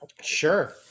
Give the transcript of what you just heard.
Sure